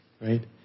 right